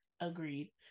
Agreed